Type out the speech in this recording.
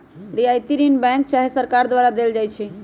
रियायती ऋण बैंक चाहे सरकार द्वारा देल जाइ छइ